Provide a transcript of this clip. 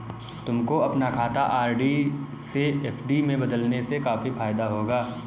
तुमको अपना खाता आर.डी से एफ.डी में बदलने से काफी फायदा होगा